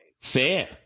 fair